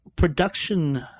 Production